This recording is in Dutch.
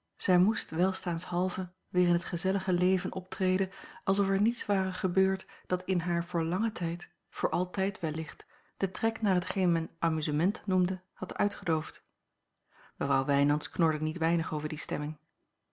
zij moest welstaanshalve weer in het gezellige leven optreden alsof er niets ware gebeurd dat in haar voor langen tijd voor altijd wellicht den trek naar hetgeen men amusement noemde had uitgedoofd mevrouw wijnands knorde niet weinig over die stemming